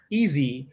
easy